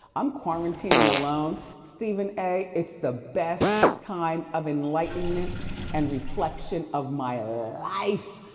i'm quarantining alone. stephen a, it's the best time of enlightenment and reflection of my ah life.